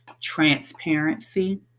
transparency